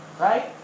right